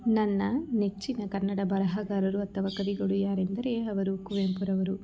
ನನ್ನ ನೆಚ್ಚಿನ ಕನ್ನಡ ಬರಹಗಾರರು ಅಥವ ಕವಿಗಳು ಯಾರೆಂದರೆ ಅವರು ಕುವೆಂಪುರವರು